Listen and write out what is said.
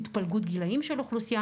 והתפלגות הגילאים של האוכלוסייה,